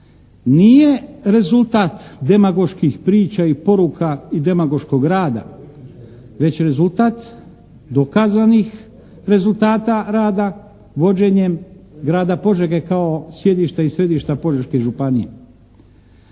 nije rezultat demagoških priča i poruka i demagoškog rada već rezultat dokazanih rezultata rada vođenjem grada Požege sjedišta i središta Požeške županije.